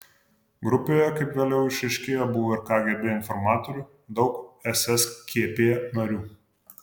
grupėje kaip vėliau išryškėjo buvo ir kgb informatorių daug sskp narių